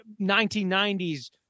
1990s